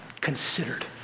considered